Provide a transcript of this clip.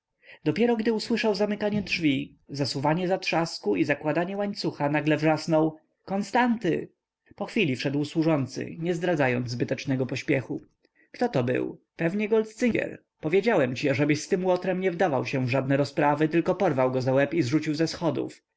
dopiero gdy usłyszał zamykanie drzwi zasuwanie zatrzasku i zakładanie łańcucha nagle wrzasnął konstanty po chwili wszedł służący nie zdradzając zbytecznego pośpiechu kto był pewnie goldcygier powiedziałem ci ażebyś z tym łotrem nie wdawał się w żadne rozprawy tylko porwał za łeb i zrzucił ze schodów